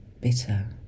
bitter